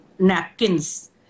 napkins